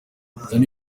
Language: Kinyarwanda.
danny